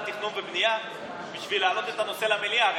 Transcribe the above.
התכנון והבנייה בשביל להעלות את הנושא למליאה.